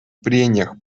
прениях